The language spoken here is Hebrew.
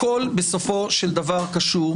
הכול בסופו של דבר קשור.